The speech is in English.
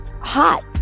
hot